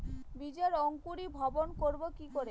বীজের অঙ্কোরি ভবন করব কিকরে?